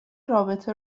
رابطه